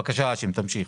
בבקשה, האשם, תמשיך.